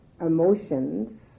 emotions